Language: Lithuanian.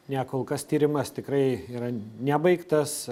ne kol kas tyrimas tikrai yra nebaigtas